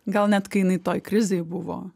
gal net kai jinai toj krizėj buvo